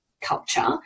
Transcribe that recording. culture